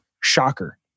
shocker